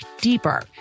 deeper